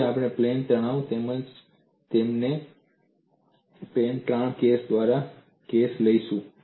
હવે આપણે પ્લેન તણાવ તેમજ પ્લેન તાણ કેસ દ્વારા કેસ લઈશું